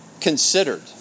considered